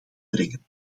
brengen